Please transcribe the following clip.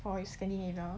for a scandinavia